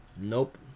Nope